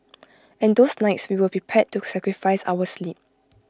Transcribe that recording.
and those nights we were prepared to sacrifice our sleep